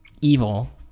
evil